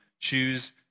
choose